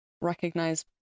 recognize